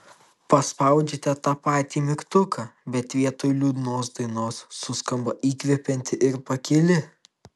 paspaudžiate tą patį mygtuką bet vietoj liūdnos dainos suskamba įkvepianti ir pakili